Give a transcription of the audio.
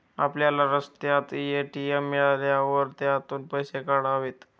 आपल्याला रस्त्यात ए.टी.एम मिळाल्यावर त्यातून पैसे काढावेत